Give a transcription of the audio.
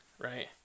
right